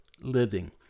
living